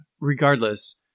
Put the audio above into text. Regardless